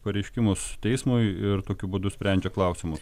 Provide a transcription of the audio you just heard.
pareiškimus teismui ir tokiu būdu sprendžia klausimus